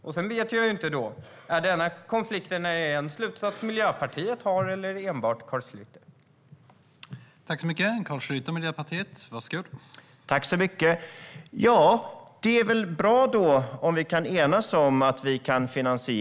Och jag vet ju inte om denna konflikt är en slutsats som Miljöpartiet eller enbart Carl Schlyter drar.